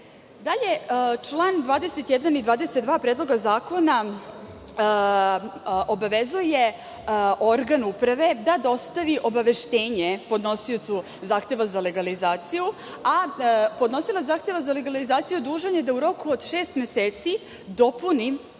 član 21. i 22. Predloga zakona obavezuje organ uprave da dostavi obaveštenje podnosiocu zahteva za legalizaciju, a podnosilac zahteva za legalizaciju dužan je da u roku od šest meseci dopuni